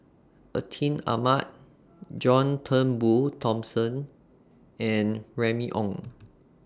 Atin Amat John Turnbull Thomson and Remy Ong